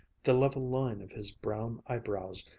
the level line of his brown eyebrows,